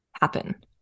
happen